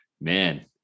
man